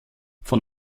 von